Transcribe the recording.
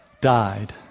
died